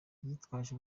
yitwaje